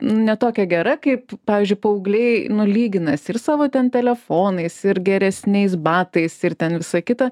ne tokia gera kaip pavyzdžiui paaugliai nu lyginasi ir savo ten telefonais ir geresniais batais ir ten visa kita